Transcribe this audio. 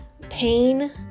pain